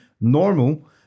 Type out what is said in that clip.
normal